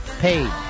Paid